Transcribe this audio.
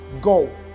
Go